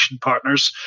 partners